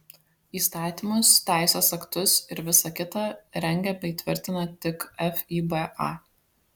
įstatymus teisės aktus ir visa kita rengia bei tvirtina tik fiba